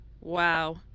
Wow